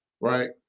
right